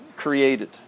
created